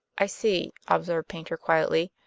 i see, observed paynter quietly.